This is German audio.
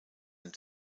ein